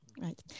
Right